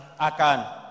Akan